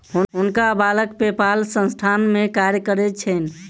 हुनकर बालक पेपाल संस्थान में कार्य करैत छैन